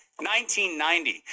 1990